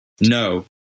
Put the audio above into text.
No